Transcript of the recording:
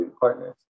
partners